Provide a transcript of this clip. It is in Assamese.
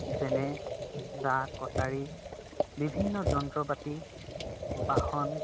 যেনে দা কটাৰী বিভিন্ন যন্ত্ৰ পাতি বাহন